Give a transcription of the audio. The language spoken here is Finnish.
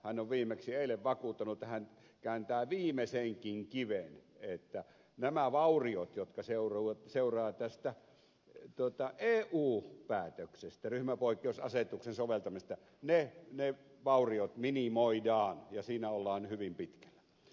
hän on viimeksi eilen vakuuttanut että hän kääntää viimeisenkin kiven että nämä vauriot jotka seuraavat tästä eu päätöksestä ryhmäpoikkeusasetuksen soveltamisesta minimoidaan ja siinä ollaan hyvin pitkällä